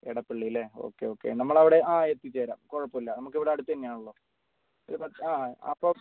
ഇടപ്പള്ളീല്ലേ okay okay നമ്മളവിടെ ആ എത്തിച്ചേരാം കുഴപ്പമില്ല നമുക്കിവിടെ അടുത്ത് തന്നെ ആണല്ലോ ഒരു പത്ത് ആ അപ്പം